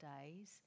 days